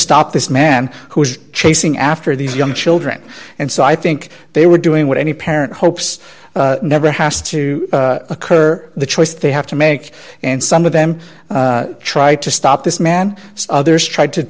p this man who was chasing after these young children and so i think they were doing what any parent hopes never has to occur the choice they have to make and some of them try to stop this man others tried to